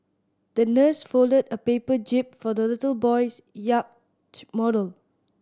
the nurse folded a paper jib for the little boy's yacht model